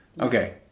Okay